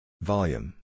Volume